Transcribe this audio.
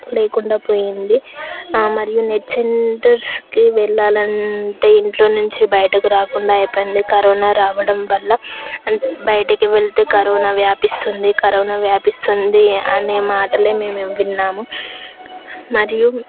లేకుండా పోయింది ఆ మరి నెట్ సెంటర్స్కి వెళ్లాలంటే ఇంట్లో నుంచి బయటకు రాకుండా అయి పోయింది కరోనా రావడం వల్ల బయటకు వెళ్తే కరోనా వ్యాపిస్తుంది కరోనా వ్యాపిస్తుంది అనే మాటలు విన్నాము మరియు